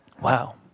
Wow